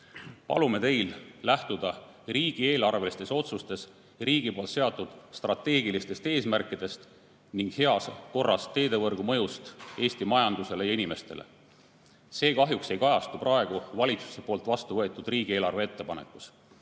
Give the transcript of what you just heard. teil lähtuda riigieelarvelistes otsustes riigi seatud strateegilistest eesmärkidest ning heas korras teevõrgu mõjust Eesti majandusele ja inimestele. See kahjuks ei kajastu praegu valitsuse poolt vastu võetud riigieelarve ettepanekus.